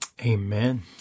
Amen